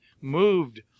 moved